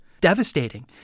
devastating